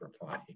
reply